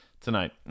tonight